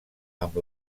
amb